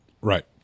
Right